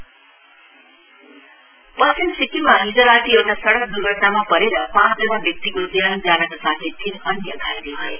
accident पश्चिम सिक्किममा हिज राती एउटा सड़क द्र्घटनामा परेर पाँचजना व्यक्तिको ज्यान जानका साथै तीन अन्य घाइते भए